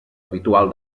habitual